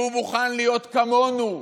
והוא מוכן להיות כמונו,